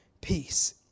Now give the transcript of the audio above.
peace